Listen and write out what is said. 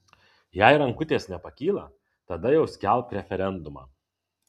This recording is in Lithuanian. jei rankutės nepakyla tada jau skelbk referendumą